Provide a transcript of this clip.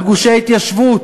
על גושי התיישבות.